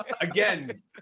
again